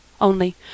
Only